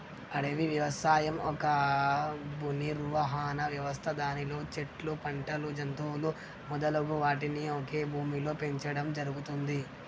అడవి వ్యవసాయం ఒక భూనిర్వహణ వ్యవస్థ దానిలో చెట్లు, పంటలు, జంతువులు మొదలగు వాటిని ఒకే భూమిలో పెంచడం జరుగుతుంది